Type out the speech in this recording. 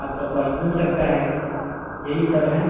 آپ کا پرس مِل سکتا ہے یہی سب ہیں